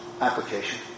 application